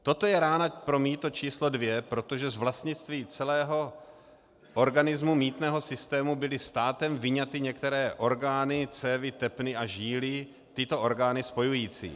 Toto je rána pro mýto číslo dvě, protože z vlastnictví celého organismu mýtného systému byly státem vyňaty některé orgány, cévy, tepny a žíly tyto orgány spojující.